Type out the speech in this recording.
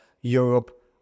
Europe